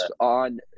on